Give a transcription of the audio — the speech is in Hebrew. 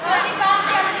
לא צריך להרחיב את זה.